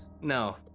No